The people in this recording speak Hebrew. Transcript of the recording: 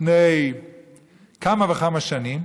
לפני כמה וכמה שנים.